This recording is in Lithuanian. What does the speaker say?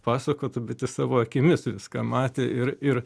pasakotų bet jis savo akimis viską matė ir ir